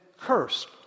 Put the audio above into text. cursed